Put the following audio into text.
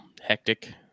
hectic